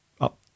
up